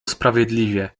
sprawiedliwie